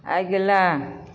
अगिला